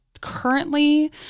currently